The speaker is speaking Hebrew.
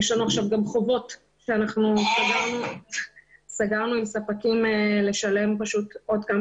יש לנו חובות כי אנחנו סגרנו עם ספקים לשלם עוד כמה